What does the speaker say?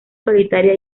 solitaria